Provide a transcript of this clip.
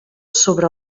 sobre